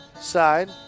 side